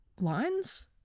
lines